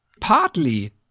Partly